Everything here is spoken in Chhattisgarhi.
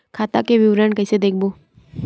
खाता के विवरण कइसे देखबो?